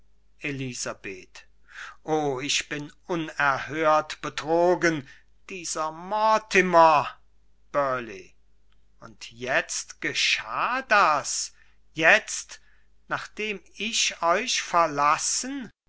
elisabeth o ich bin unerhört betrogen dieser mortimer burleigh und jetzt geschah das jetzt nachdem ich euchverlassen